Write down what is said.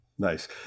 Nice